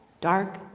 dark